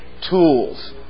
tools